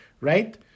right